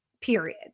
period